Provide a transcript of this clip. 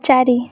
ଚାରି